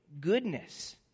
goodness